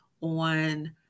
on